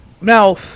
Now